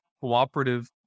cooperative